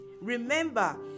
remember